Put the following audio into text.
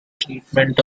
treatment